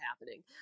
happening